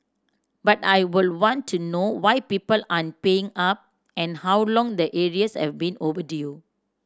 but I would want to know why people aren't paying up and how long the arrears have been overdue